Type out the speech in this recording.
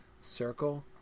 Circle